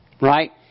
right